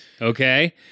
Okay